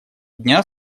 дня